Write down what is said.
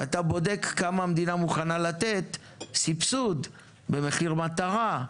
אתה בודק כמה המדינה מוכנה לתת סבסוד במחיר מטרה,